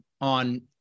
on